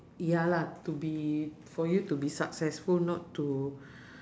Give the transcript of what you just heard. ya lah to be for you to be successful not to